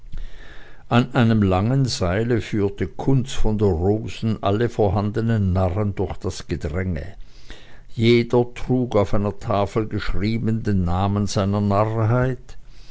an einem langen seile führte kunz von der rosen alle vorhandenen narren durch das gedränge jeder trug auf einer tafel geschrieben den namen seiner